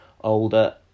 older